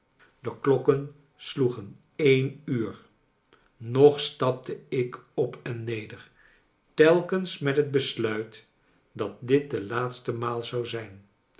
de klokken sloegen een uur nog stapte ik op en neder telkens met het besluit dat dit de laatste maal zou zijn